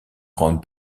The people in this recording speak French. grands